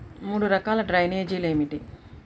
మూడు రకాల డ్రైనేజీలు ఏమిటి?